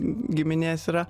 giminės yra